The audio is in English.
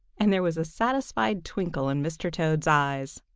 and there was a satisfied twinkle in mr. toad's eyes.